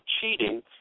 cheating